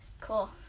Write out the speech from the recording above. cool